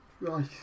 Right